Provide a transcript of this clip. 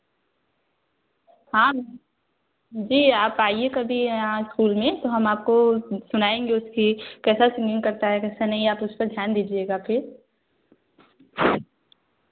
हाँ मैम जी आप आईए कभी यहाँ स्कूल में तो आपको सुनाएँगे उसकी कैसा सिंगिंग करता है कैसा नहीं आप उस पर ध्यान दीजिएगा फिर